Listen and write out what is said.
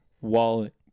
Wallet